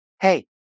hey